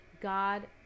God